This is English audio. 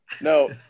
No